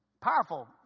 Powerful